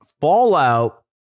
Fallout